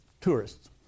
tourists